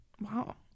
Wow